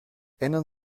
ändern